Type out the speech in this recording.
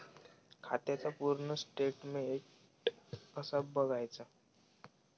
खात्याचा पूर्ण स्टेटमेट कसा बगायचा?